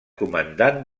comandant